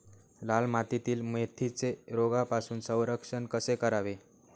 लाल मातीतील मेथीचे रोगापासून संरक्षण कसे करावे?